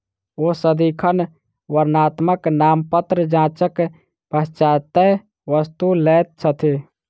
ओ सदिखन वर्णात्मक नामपत्र जांचक पश्चातै वस्तु लैत छथि